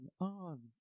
On